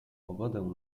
pogodę